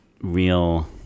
real